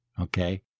Okay